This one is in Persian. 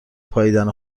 پائیدن